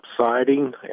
siding